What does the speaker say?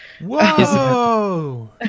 whoa